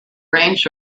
range